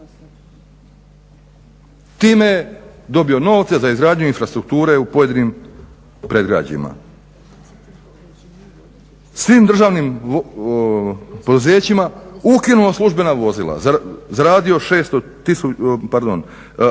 Time je dobio novce za izgradnju infrastrukture u pojedinim predgrađima. Svim državnim poduzećima ukinuo službena vozila, zaradio 600, pardon, sad ću